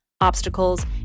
obstacles